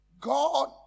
God